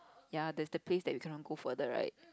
ya there's a place you can't go further right